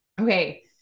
okay